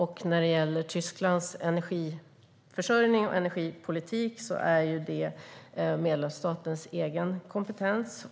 Tysklands energiförsörjning och energipolitik ingår ju i medlemsstatens egen kompetens.